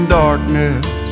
darkness